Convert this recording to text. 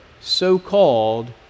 so-called